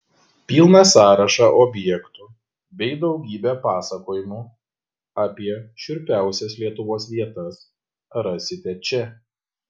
pilną sąrašą objektų bei daugybę pasakojimų apie šiurpiausias lietuvos vietas rasite čia